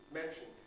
mention